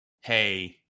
hey